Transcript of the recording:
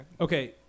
Okay